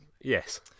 Yes